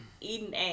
eating